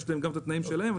ויש להם את התנאים שלהם.